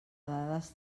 dades